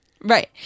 Right